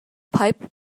pipe